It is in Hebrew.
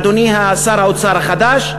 אדוני שר האוצר החדש,